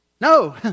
No